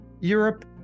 Europe